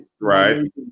right